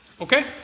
Okay